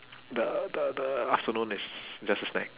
the the the afternoon is just a snack